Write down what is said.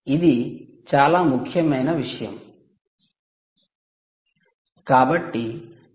ఇది చాలా ముఖ్యమైన విషయం